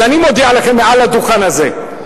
אז אני מודיע לכם מעל הדוכן הזה: